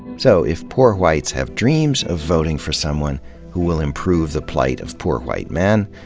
so, if poor whites have dreams of voting for someone who will improve the plight of poor white men,